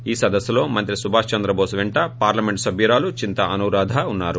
ఈ సదస్సులో మంత్రి సుభాష్ చంద్రబోస్ వెంట పార్లమెంట్ సభ్యురాలు చింతా అనురాధ ఉన్నారు